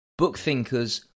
BookThinkers